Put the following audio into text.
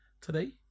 today